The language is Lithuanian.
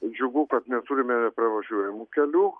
džiugu kad neturime nepravažiuojamų kelių